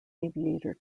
aviator